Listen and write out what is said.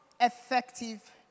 effective